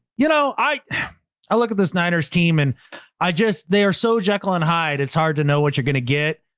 you know i i look at this niners team and i just they're so jacqueline hyde, it's hard to know what you're going to get.